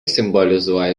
simbolizuoja